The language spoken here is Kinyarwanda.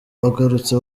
agarutse